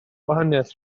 gwahaniaeth